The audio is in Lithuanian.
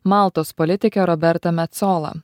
maltos politikė roberta mecola